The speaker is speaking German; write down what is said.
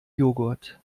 jogurt